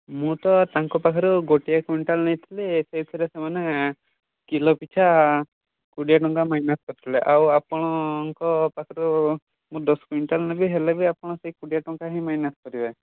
ମୁଁ ତ ତାଙ୍କ ପାଖରୁ ଗୋଟିଏ କୁଇଣ୍ଟାଲ୍ ନେଇଥିଲି ସେଇଥିରେ ସେମାନେ କିଲୋ ପିଛା କୋଡ଼ିଏ ଟଙ୍କା ମାଇନସ୍ କରିଥିଲେ ଆଉ ଆପଣଙ୍କ ପାଖରୁ ମୁଁ ଦଶ କୁଇଣ୍ଟାଲ୍ ନେବି ହେଲେ ବି ଆପଣ ସେଇ କୋଡ଼ିଏ ଟଙ୍କା ହିଁ ମାଇନସ୍ କରିବେ